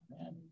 Amen